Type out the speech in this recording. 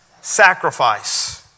sacrifice